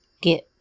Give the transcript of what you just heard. get